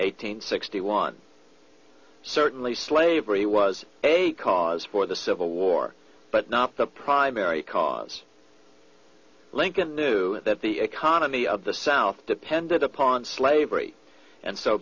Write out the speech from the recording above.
hundred sixty one certainly slavery was a cause for the civil war but not the primary cause lincoln knew that the economy of the south depended upon slavery and so